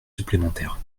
supplémentaires